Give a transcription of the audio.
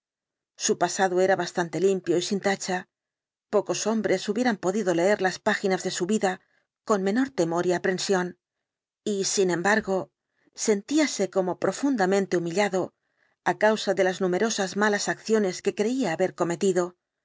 su pasado era bastante limpio y sin tacha pocos hombres hubieran podido leer las páginas de su vida con menos temor y aprensión y sin embargo sentíase como profundamente humillado á causa de las numerosas malas acciones que creía haber cometido